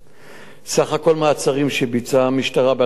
סך הכול מעצרים שביצעה המשטרה ב-2011,